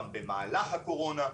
גם במהלך הקורונה.